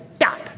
dot